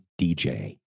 DJ